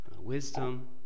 wisdom